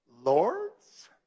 lords